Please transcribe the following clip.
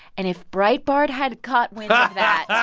and if breitbart had caught wind of that.